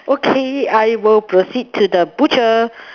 okay I will proceed to the butcher